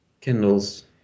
kindles